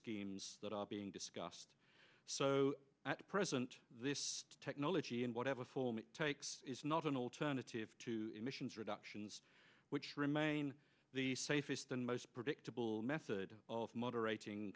schemes that are being discussed so at present this technology and whatever form it takes is not an alternative to emissions reductions which remain the safest and most predictable method of moderating